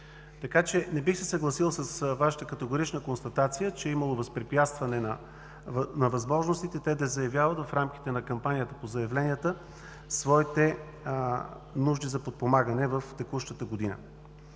Така че не бих се съгласил с Вашата категорична констатация, че е имало възпрепятстване на възможностите те да заявяват в рамките на кампанията по заявленията своите нужди за подпомагане в текущата година.